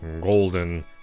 golden